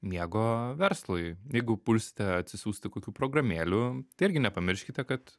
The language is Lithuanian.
miego verslui jeigu pulsite atsisiųsti kokių programėlių tai irgi nepamirškite kad